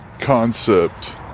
Concept